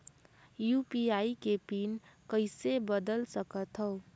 UPI के PIN कइसे बदल सकथव?